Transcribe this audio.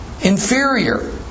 inferior